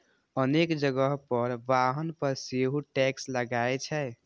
अनेक जगह पर वाहन पर सेहो टैक्स लागै छै